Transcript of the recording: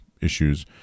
issues